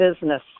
business